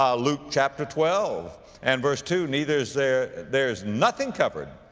um luke chapter twelve and verse two, neither is there, there is nothing covered,